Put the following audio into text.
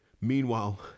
Meanwhile